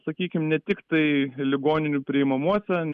sakykim ne tiktai ligoninių priimamuose